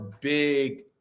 big